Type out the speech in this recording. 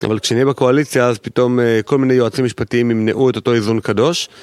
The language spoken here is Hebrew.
אבל כשנהיה בקואליציה אז פתאום כל מיני יועצים משפטיים ימנעו את אותו איזון קדוש.